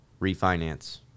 refinance